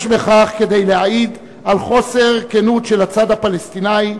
יש בכך כדי להעיד על חוסר כנות של הצד הפלסטיני,